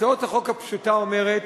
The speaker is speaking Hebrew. הצעת החוק הפשוטה אומרת,